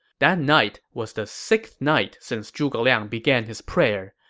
that night was the sixth night since zhuge liang began his prayer.